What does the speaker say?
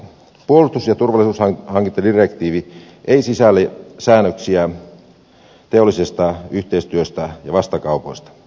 puolustus ja turvallisuushankintadirektiivi ei sisällä säännöksiä teollisesta yhteistyöstä ja vastakaupoista